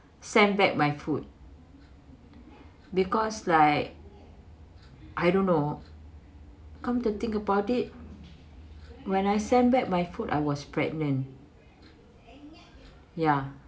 send back my food because like I don't know come to think about it when I send back my food I was pregnant ya